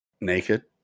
Naked